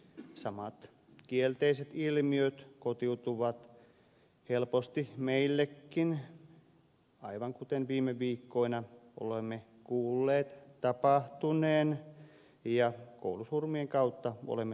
samat kielteiset ilmiöt kotiutuvat helposti meille aivan kuten viime viikkoina olemme kuulleet tapahtuneen ja koulusurmien kautta olemme saaneet kokea